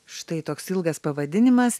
štai toks ilgas pavadinimas